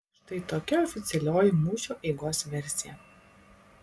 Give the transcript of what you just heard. štai tokia oficialioji mūšio eigos versija